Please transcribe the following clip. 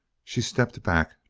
she stepped back,